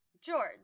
George